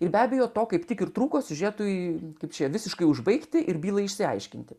be abejo to kaip tik ir trūko siužetui kaip čia visiškai užbaigti ir bylą išsiaiškinti